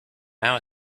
now